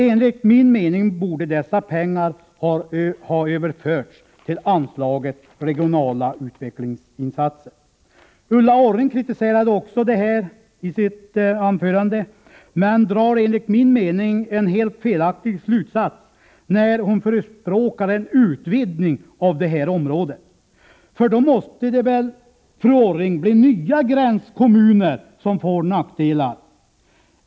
Enligt min mening borde dessa pengar ha överförts till anslaget Regionala utvecklingsinsatser. Ulla Orring kritiserar också detta i sitt anförande, men hon drar en helt felaktig slutsats, enligt min mening, när hon förespråkar en utvidgning av detta område. Då måste det väl, fru Orring, bli nya gränskommuner som får nackdelar?